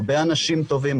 הרבה אנשים טובים,